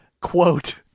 quote